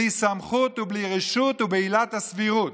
בלי סמכות ובלי רשות ובעילת הסבירות.